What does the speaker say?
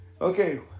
Okay